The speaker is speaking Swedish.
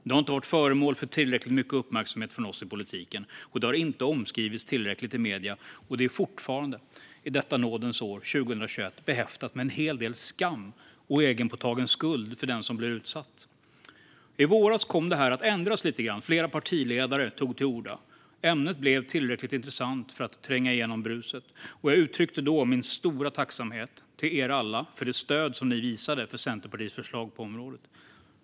Det har inte varit föremål för tillräckligt mycket uppmärksamhet från oss i politiken, det har inte omskrivits tillräckligt i medierna och det är fortfarande, i detta nådens år 2021, behäftat med en hel del skam och självpåtagen skuld hos den som blir utsatt. I våras kom det här att ändras lite grann. Flera partiledare tog till orda. Ämnet blev tillräckligt intressant för att tränga igenom bruset, och jag uttryckte då min stora tacksamhet till er alla för det stöd ni visade Centerpartiets förslag på området.